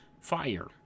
fire